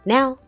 Now